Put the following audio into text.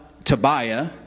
Tobiah